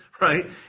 right